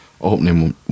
Opening